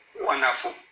Wonderful